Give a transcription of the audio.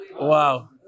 Wow